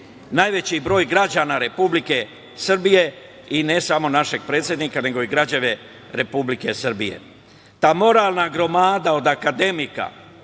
najveći broj građana Republike Srbije i ne samo našeg predsednika, nego i građane Republike Srbije. Ta moralna gromada od akademika,